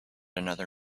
another